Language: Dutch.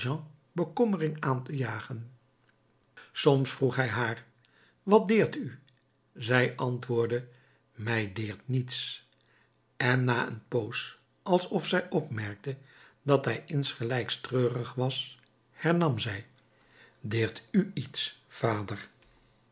bekommering aan te jagen soms vroeg hij haar wat deert u zij antwoordde mij deert niets en na een poos alsof zij opmerkte dat hij insgelijks treurig was hernam zij deert u iets vader